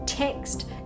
text